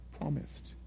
promised